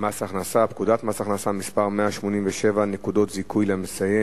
מס הכנסה (מס' 187) (נקודות זיכוי למסיים